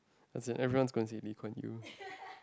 as in everyone is going to see Lee-Kuan-Yew